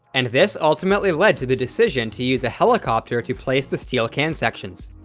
and this ultimately led to the decision to use a helicopter to place the steel can sections.